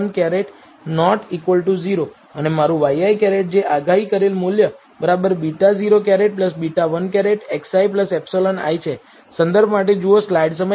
0 અને મારું ŷi જે આગાહી કરેલ મૂલ્ય β̂₀ β̂ 1xi ε i છે